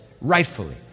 rightfully